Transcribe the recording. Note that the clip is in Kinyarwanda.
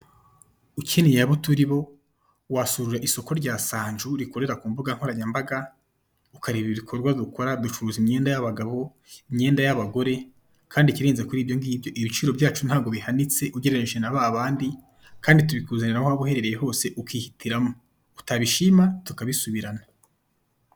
Ukeneye abo turi bo wasura isoko rya sanju rikorera ku mbuga nkoranyambaga, ducuruza imyenda y'abagabo, imyenda y'abagore, kandi ikirenze kuri ibyo ngibyo, ibiciro byacu ntabwo bihanitse ugereranyije na babandi, kandi tubikuzanira aho waba uherereye hose ukihitiramo, utabishima tukabisubirana.